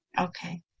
Okay